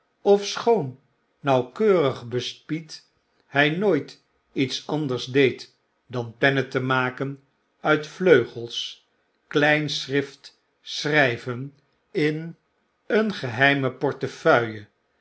ofschoon nauwkeurig despied hy nooit iets anders deed dan pennen te maken uit vleugels klein schrift schryven in een geheime portefeuille